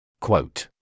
Quote